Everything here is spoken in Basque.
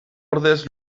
ordez